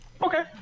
Okay